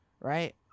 right